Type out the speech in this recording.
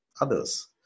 others